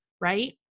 right